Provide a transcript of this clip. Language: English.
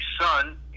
son